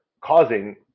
causing